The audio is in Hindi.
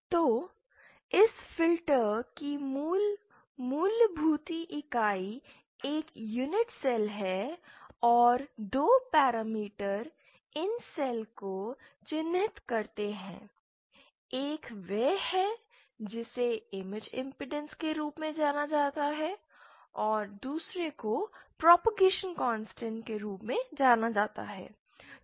तो इस फिल्टर की मूल मूलभूत इकाइयां एक यूनेट सेल हैं और दो पैरामीटर इन सेल को चिह्नित करते हैं एक वह है जिसे इमेज इमपेडेंस के रूप में जाना जाता है और दूसरे को प्रॉपगेशन कॉन्स्टेंट के रूप में जाना जाता है